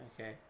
Okay